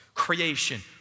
creation